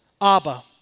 Abba